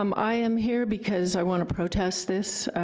um i am here because i wanna protest this.